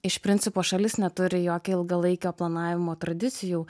iš principo šalis neturi jokio ilgalaikio planavimo tradicijų